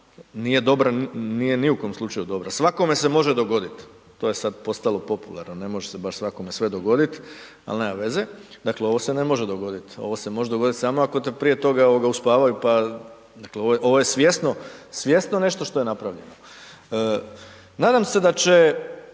ni u nikom slučaju dobra, svakome se može dogodit, to je sad postalo popularno, ne može se baš svakome sve dogodit, al' nema veze, dakle, ovo se ne može dogodit, ovo se može dogodit samo ako te prije toga, ovoga, uspavaju pa, dakle, ovo je svjesno, svjesno nešto što je napravljeno. Nadam se da će